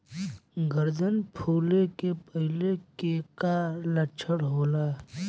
गर्दन फुले के पहिले के का लक्षण होला?